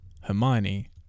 Hermione